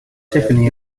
tiffany